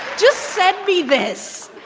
just send me this.